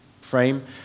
frame